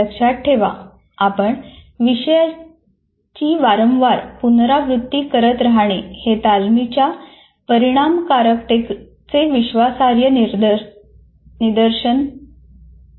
लक्षात ठेवा आपण विषयाची वारंवार पुनरावृत्ती करत राहणे हे तालमीच्या परिणामकारकतेचे विश्वासार्ह निदर्शक नाही